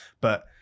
but-